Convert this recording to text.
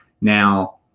Now